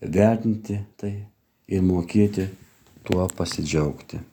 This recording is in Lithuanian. vertinti tai ir mokėti tuo pasidžiaugti